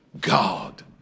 God